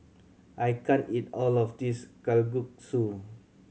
I can't eat all of this Kalguksu